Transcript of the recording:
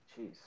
Jeez